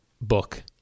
book